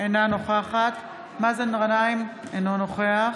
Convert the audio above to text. אינה נוכחת מאזן גנאים, אינו נוכח